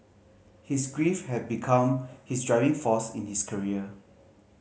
his grief had become his driving force in his career